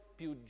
più